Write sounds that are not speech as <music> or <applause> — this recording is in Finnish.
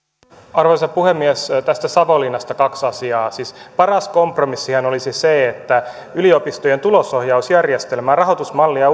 arvoisa puhemies tästä savonlinnasta kaksi asiaa siis paras kompromissihan olisi se että yliopistojen tulosohjausjärjestelmää rahoitusmallia <unintelligible>